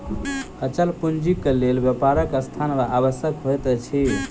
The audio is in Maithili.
अचल पूंजीक लेल व्यापारक स्थान आवश्यक होइत अछि